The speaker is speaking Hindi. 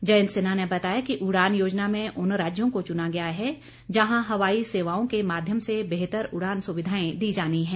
जयंत सिन्हा ने बताया कि उड़ान योजना में उन राज्यों को चुना गया है जहां हवाई सेवाओं के माध्यम से बेहतर उड़ान सुविधाएं दी जानी हैं